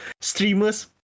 streamers